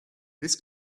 this